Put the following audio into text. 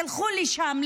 תלכו לשם,